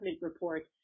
report